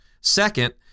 Second